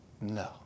no